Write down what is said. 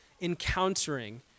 encountering